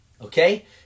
okay